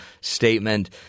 Statement